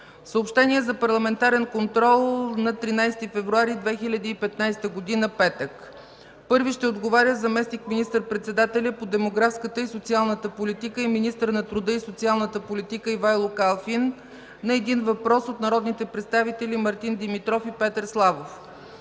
Съобщения за Парламентарен контрол на 13 февруари 2015 г., петък: Първи ще отговаря заместник министър-председателят по демографската и социалната политика и министър на труда и социалната политика Ивайло Калфин на един въпрос от народните представители Мартин Димитров и Петър Славов.